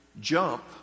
jump